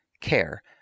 care